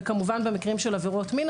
וכמובן במקרים של עבירות מין,